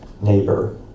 Neighbor